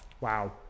Wow